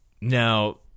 now